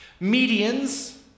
medians